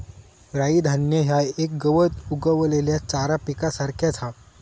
राई धान्य ह्या एक गवत उगवलेल्या चारा पिकासारख्याच हा